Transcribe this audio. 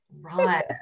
Right